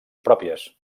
pròpies